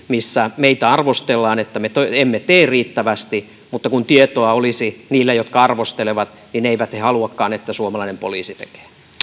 missä meitä arvostellaan että emme tee riittävästi mutta kun tietoa olisi niillä jotka arvostelevat niin eivät he haluakaan että suomalainen poliisi tekee